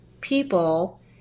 people